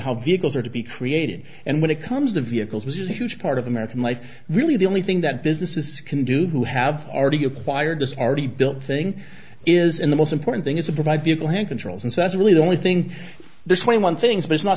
how vehicles are to be created and when it comes to vehicles which is a huge part of american life really the only thing that businesses can do who have already acquired this already built thing is in the most important thing is a provide vehicle had controls and so that's really the only thing this twenty one things bu